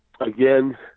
again